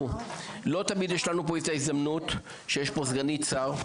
לא תמיד יש לנו פה ההזדמנות שיש פה סגנית שר,